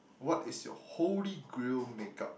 what is your holy grail make up